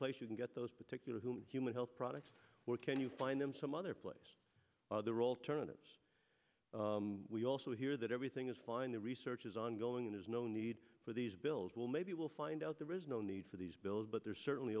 place you can get those particular whom human health products or can you find them some other place other alternatives we also hear that everything is fine the research is ongoing there's no need for these bills well maybe we'll find out there is no need for these bills but there certainly